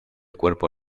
cuerpo